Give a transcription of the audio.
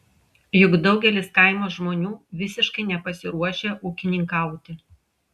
juk daugelis kaimo žmonių visiškai nepasiruošę ūkininkauti